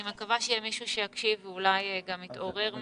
אני מקווה שיהיה מישהו שיקשיב ואולי גם יתעורר מזה.